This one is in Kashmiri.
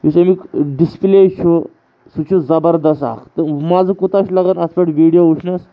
یُس اَمیُٚک ڈِسپٕلے چھُ سُہ چھُ زَبردَس اَکھ تہٕ مَزٕ کوٗتاہ چھِ لگان اَتھ پٮ۪ٹھ ویٖڈیو وٕچھنَس